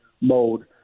mode